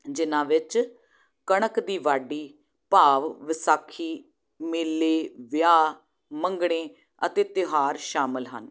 ਜਿਹਨਾਂ ਵਿੱਚ ਕਣਕ ਦੀ ਵਾਢੀ ਭਾਵ ਵਿਸਾਖੀ ਮੇਲੇ ਵਿਆਹ ਮੰਗਣੇ ਅਤੇ ਤਿਉਹਾਰ ਸ਼ਾਮਿਲ ਹਨ